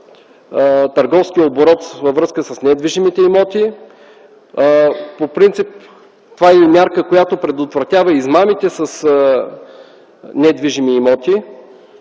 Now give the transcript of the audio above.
търговския оборот във връзка с недвижимите имоти. По принцип това е и мярка, която предотвратява измамите с недвижими имоти,